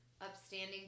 upstanding